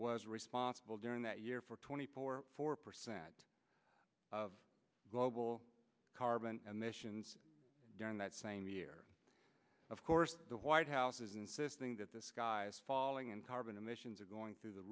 was responsible during that year for twenty four four percent of global carbon and missions during that same year of course the white house is insisting that the sky is falling and carbon emissions are going through the